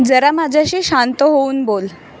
जरा माझ्याशी शांत होऊन बोल